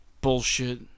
bullshit